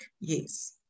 Yes